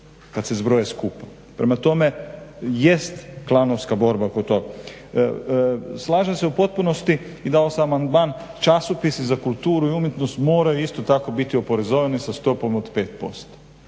kad se zbroje skupa. Prema tome, jest klanovska borba oko tog. Slažem se u potpunosti i dao sam amandman časopisi za kulturu i umjetnost moraju isto tako biti oporezovani za stopom od 5%.